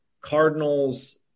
Cardinals